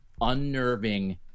unnerving